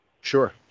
Sure